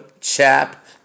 Chap